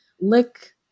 lick